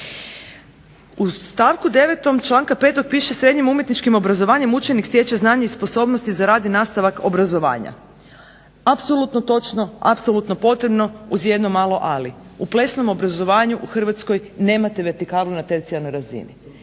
U stavku 9. članka 5. piše: “Srednjim umjetničkim obrazovanjem učenik stječe znanje i sposobnosti za rad i nastavak obrazovanja.“ Apsolutno točno, apsolutno potrebno uz jedno malo ali – u plesnom obrazovanju u Hrvatskoj nemate vertikalu na tercijarnoj razini.